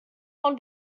von